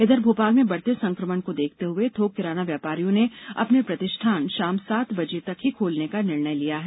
इधर भोपाल में बढ़ते संकमण को देखते हुए थोक किराना व्यापारियों ने अपने प्रतिष्ठान शाम सात बजे तक ही खोलने का निर्णय लिया है